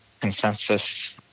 consensus